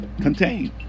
contained